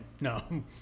no